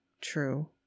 true